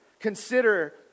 Consider